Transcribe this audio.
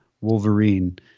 Wolverine